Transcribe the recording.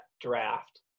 draft